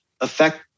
affect